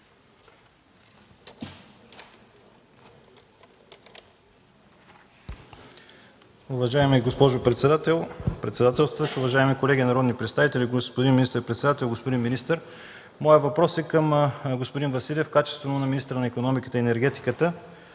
Моят въпрос е към господин Василев в качеството му на министър на икономиката и енергетиката.